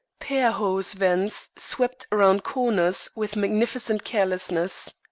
pair-horse vans swept around corners with magnificent carelessness.